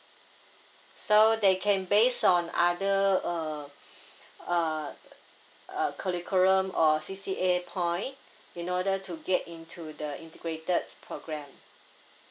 so they can based on other uh uh uh curriculum or C_C_A point in order to get into the integrated program